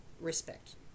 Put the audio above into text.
respect